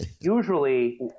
Usually